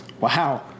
Wow